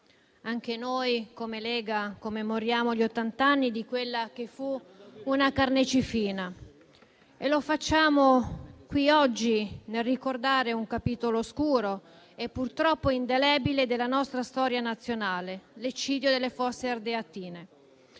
anche noi come Lega commemoriamo gli ottanta anni di quella che fu una carneficina e lo facciamo qui oggi ricordando un capitolo oscuro e purtroppo indelebile della nostra storia nazionale, l'eccidio delle Fosse Ardeatine.